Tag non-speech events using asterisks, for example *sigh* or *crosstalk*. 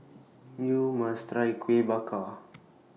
YOU must Try Kuih Bakar *noise*